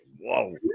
Whoa